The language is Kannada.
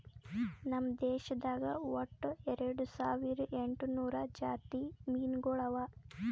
ನಮ್ ದೇಶದಾಗ್ ಒಟ್ಟ ಎರಡು ಸಾವಿರ ಎಂಟು ನೂರು ಜಾತಿ ಮೀನುಗೊಳ್ ಅವಾ